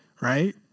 right